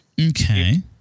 Okay